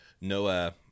Noah